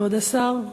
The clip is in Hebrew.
כבוד השר,